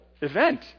event